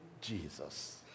Jesus